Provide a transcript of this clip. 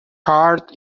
heart